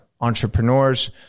entrepreneurs